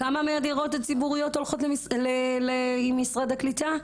כמה מהדירות הציבוריות הולכות למשרד הקליטה?